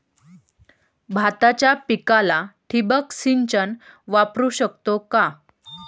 भाताच्या पिकाला ठिबक सिंचन वापरू शकतो का?